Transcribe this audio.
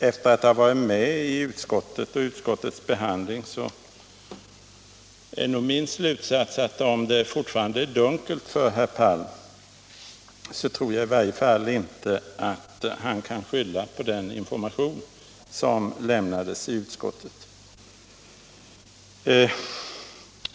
Efter att ha varit med i utskottet och utskottets behandling är min slutsats den, att om det fortfarande är dunkelt för herr Palm tror jag inte att det beror på den information som lämnades i utskottet.